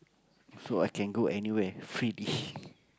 so I can go anywhere free dish